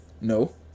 No